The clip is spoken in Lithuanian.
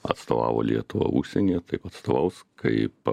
atstovavo lietuvą užsienyje taip atstovaus kaip